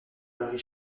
varie